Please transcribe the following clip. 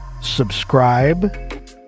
subscribe